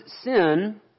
sin